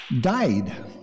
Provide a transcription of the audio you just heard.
died